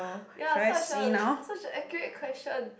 ya such a such a accurate question